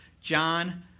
John